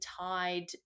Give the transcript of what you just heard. tied